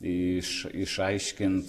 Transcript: iš išaiškint